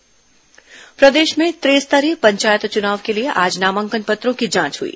त्रिस्तरीय पंचायत चुनाव प्रदेश में त्रिस्तरीय पंचायत चुनाव के लिए आज नामांकन पत्रों की जांच हुई